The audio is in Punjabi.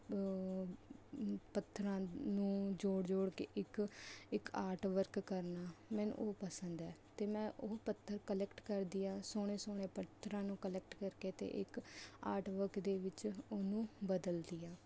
ਪੱਥਰਾਂ ਨੂੰ ਜੋੜ ਜੋੜ ਕੇ ਇੱਕ ਇੱਕ ਆਰਟ ਵਰਕ ਕਰਨਾ ਮੈਨੂੰ ਉਹ ਪਸੰਦ ਹੈ ਅਤੇ ਮੈਂ ਉਹ ਪੱਥਰ ਕਲੈਕਟ ਕਰਦੀ ਹਾਂ ਸੋਹਣੇ ਸੋਹਣੇ ਪੱਥਰਾਂ ਨੂੰ ਕਲੈਕਟ ਕਰਕੇ ਅਤੇ ਇੱਕ ਆਰਟ ਵਰਕ ਦੇ ਵਿੱਚ ਉਹਨੂੰ ਬਦਲਦੀ ਹਾਂ